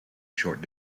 short